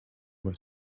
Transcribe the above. was